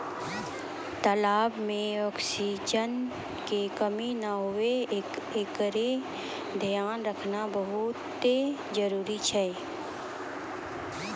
तलाब में ऑक्सीजन के कमी नै हुवे एकरोॅ धियान रखना बहुत्ते जरूरी छै